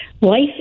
Life